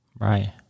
Right